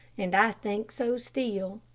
and i think so still.